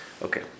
Okay